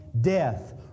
Death